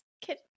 kid